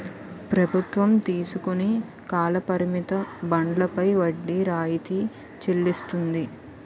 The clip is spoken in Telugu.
ప్రభుత్వం తీసుకుని కాల పరిమిత బండ్లపై వడ్డీ రాయితీ చెల్లిస్తుంది